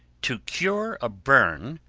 to cure a burn,